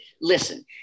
listen